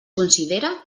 considera